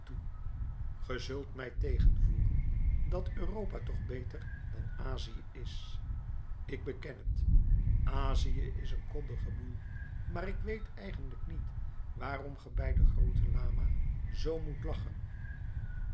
zult mij tegenvoeren dat europa toch beter dan azië is ik beken het azië is een koddige boel maar ik weet eigenlijk niet waarom ge bij den grooten lama zoo moet lachen